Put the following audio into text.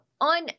on